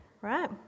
Right